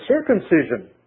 circumcision